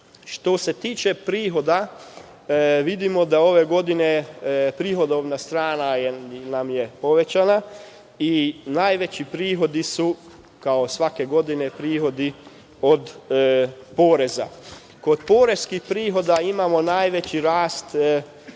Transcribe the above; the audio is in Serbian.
se tiče prihoda, vidimo da ove godine prihodovna strana nam je povećana i najveći prihodi su, kao svake godine, prihodi od poreza. Kod poreskih prihoda imamo najveći rast kod